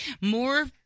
More